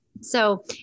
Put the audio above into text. so-